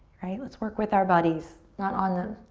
right? let's work with our bodies, not on them.